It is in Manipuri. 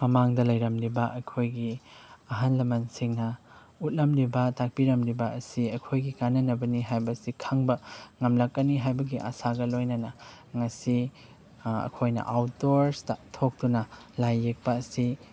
ꯃꯃꯥꯡꯗ ꯂꯩꯔꯝꯂꯤꯕ ꯑꯩꯈꯣꯏꯒꯤ ꯑꯍꯜ ꯂꯃꯟꯁꯤꯡꯅ ꯎꯠꯂꯝꯂꯤꯕ ꯇꯥꯛꯄꯤꯔꯝꯂꯤꯕ ꯑꯁꯤ ꯑꯩꯈꯣꯏꯒꯤ ꯀꯥꯟꯅꯅꯕꯅꯤ ꯍꯥꯏꯕꯁꯤ ꯈꯪꯕ ꯉꯝꯂꯛꯀꯅꯤ ꯍꯥꯏꯕꯒꯤ ꯑꯁꯥꯒ ꯂꯣꯏꯅꯅ ꯉꯁꯤ ꯑꯩꯈꯣꯏꯅ ꯑꯥꯎꯠꯗꯣꯔꯁꯇ ꯊꯣꯛꯇꯨꯅ ꯂꯥꯏ ꯌꯦꯛꯄ ꯑꯁꯤ